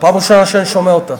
פעם ראשונה שאני שומע אותה.